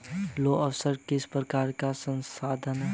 लौह अयस्क किस प्रकार का संसाधन है?